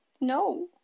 No